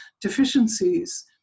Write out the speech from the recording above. deficiencies